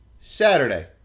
Saturday